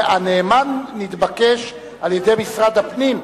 הנאמן נתבקש על-ידי משרד הפנים,